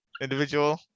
individual